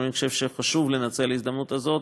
אני חושב שחשוב לנצל את ההזדמנות הזאת